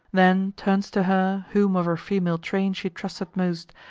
then turns to her, whom of her female train she trusted most,